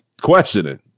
questioning